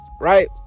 right